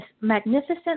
magnificent